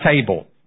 table